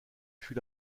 fut